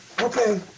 Okay